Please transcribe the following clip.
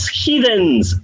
heathens